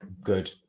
good